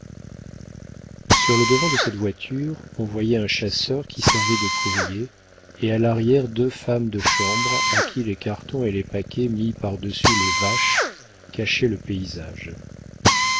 sur le devant de cette voiture on voyait un chasseur qui servait de courrier et à l'arrière deux femmes de chambre à qui les cartons et les paquets mis par-dessus les vaches cachaient le paysage